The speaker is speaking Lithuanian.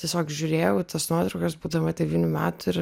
tiesiog žiūrėjau į tas nuotraukas būdama devynių metų ir